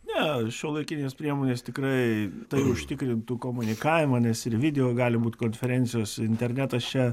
ne šiuolaikinės priemonės tikrai tai užtikrintų komunikavimą nes ir video gali būti konferencijos internetas čia